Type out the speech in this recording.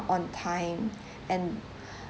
on time and